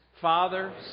Father